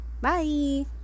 bye